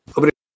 Obrigado